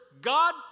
God